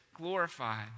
glorified